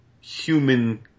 human